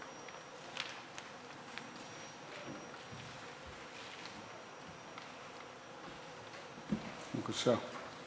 בבקשה.